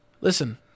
Listen